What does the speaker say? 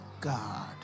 God